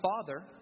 Father